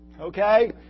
Okay